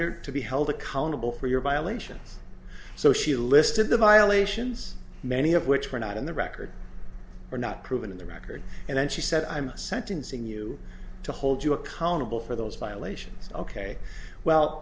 your to be held accountable for your violations so she listed the violations many of which were not in the record or not proven in the record and then she said i'm sentencing you to hold you accountable for those violations ok well